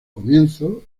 comienzo